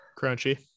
Crunchy